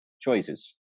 choices